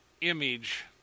image